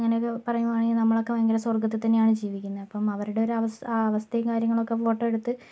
അങ്ങനെയൊക്കെ പറയുകയാണെങ്കിൽ നമ്മളൊക്കെ ഭയങ്കര സ്വർഗ്ഗത്തിൽ തന്നെയാണ് ജീവിക്കുന്നത് ഇപ്പം അവരുടെ അവസ്ഥ ആ അവസ്ഥയും കാര്യങ്ങളൊക്കെ ഫോട്ടോയെടുത്ത്